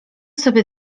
sobie